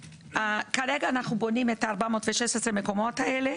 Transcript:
כרגע אנחנו בונים את 416 המקומות האלה,